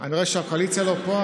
אני רואה שהקואליציה לא פה,